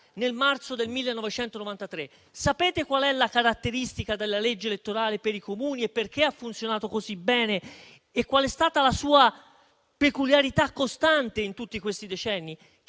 nel marzo 1993). Sapete qual è la caratteristica della legge elettorale per i Comuni, perché ha funzionato così bene e qual è stata la sua peculiarità costante in tutti questi decenni? È